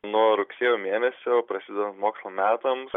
nuo rugsėjo mėnesio prasidedant mokslo metams